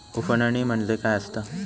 उफणणी म्हणजे काय असतां?